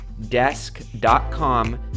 Desk.com